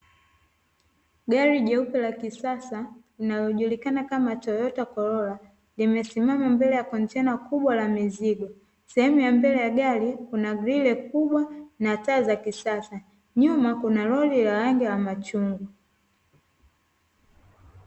Gari jeupe la kisasa linalojulikana kama Toyota Corolla, limesimama mbele ya kontena kubwa la mizigo. Sehemu ya mbele ya gari kuna grile kubwa na taa za kisasa nyuma kuna lori la rangi ya machungwa.